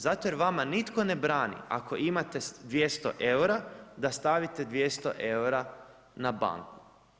Zato jer vama nitko ne brani ako imate 200 eura da stavite 200 eura na banku.